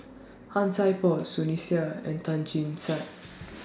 Han Sai Por Sunny Sia and Tan Chin